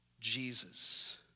Jesus